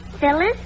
Phyllis